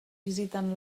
visiten